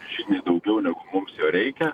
žymiai daugiau negu mums jo reikia